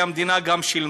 שהמדינה שילמה.